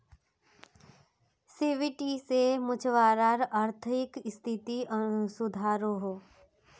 seaweed से मछुवारार अआर्थिक स्तिथि सुधरोह